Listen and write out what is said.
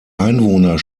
einwohner